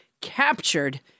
captured